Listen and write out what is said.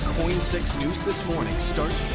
six news this morning starts